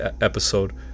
episode